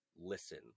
listen